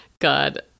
God